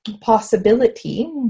possibility